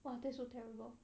!wah! that's so terrible